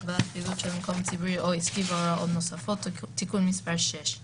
(הגבלת פעילות של מקום ציבורי או עסקי והוראות נוספות) (תיקון מס' 6),